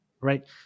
Right